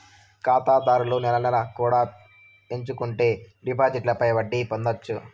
ఖాతాదారులు నెల నెలా కూడా ఎంచుకుంటే డిపాజిట్లపై వడ్డీ పొందొచ్చు